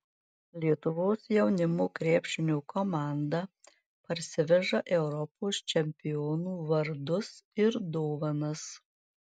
lietuvos jaunimo krepšinio komanda parsiveža europos čempionų vardus ir dovanas